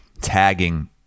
tagging